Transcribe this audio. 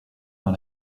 dans